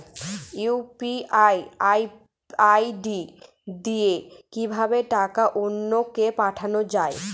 UPI ID দিয়ে কিভাবে টাকা অন্য কে পাঠানো যায়?